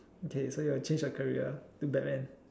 okay so your change of career too bad man